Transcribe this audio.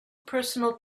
personal